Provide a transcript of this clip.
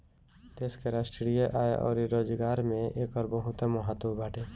देश के राष्ट्रीय आय अउरी रोजगार में एकर बहुते महत्व बाटे